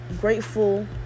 grateful